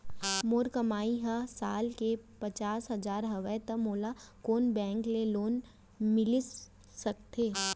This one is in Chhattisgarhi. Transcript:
मोर कमाई ह साल के पचास हजार हवय त मोला कोन बैंक के लोन मिलिस सकथे?